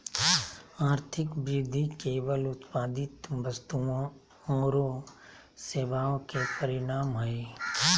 आर्थिक वृद्धि केवल उत्पादित वस्तुओं औरो सेवाओं के परिमाण हइ